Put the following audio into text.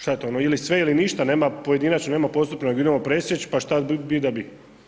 Šta je to ono, ili sve ili ništa, nema pojedinačno, nema postupno nego idemo presjeći pa šta bi da bi.